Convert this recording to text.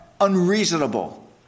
unreasonable